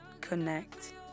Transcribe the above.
connect